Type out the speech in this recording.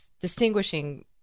distinguishing